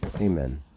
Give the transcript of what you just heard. Amen